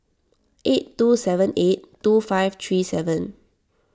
eight two seven eight two five three seven